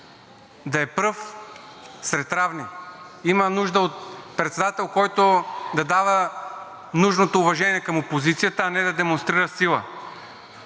да е пръв сред равни. Има нужда от председател, който да дава нужното уважение към опозицията, а не да демонстрира сила.